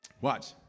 Watch